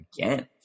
again